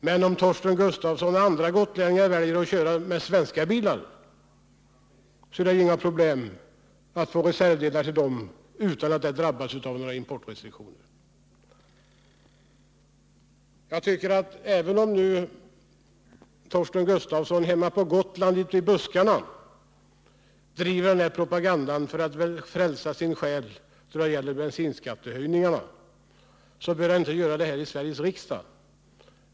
Men om Torsten Gustafsson och andra gotlänningar väljer att köra med svenska bilar är det inga problem att få tag i reservdelar. De drabbas inte av importrestriktionerna. Även om Torsten Gustafsson driver den här propagandan ute i buskarna på Gotland för att frälsa sin själ då det gäller bensinskattehöjningarna, behöver han inte göra det i Sveriges riksdag.